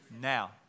Now